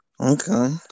Okay